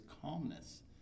calmness